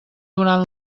durant